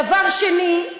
דבר שני,